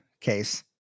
case